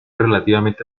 relativamente